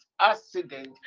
accident